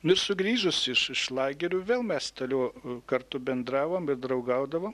nu ir sugrįžus iš iš lagerių vėl mes toliau kartu bendravom bei draugaudavom